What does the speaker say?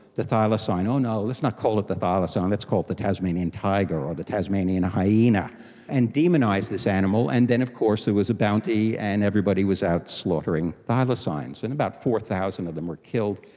the thylacine, oh no, let's not call it the thylacine, let's call it the tasmanian tiger or the tasmanian hyena and demonise this animal. and then of course there was a bounty and everybody was out slaughtering thylacines, and about four thousand of them were killed,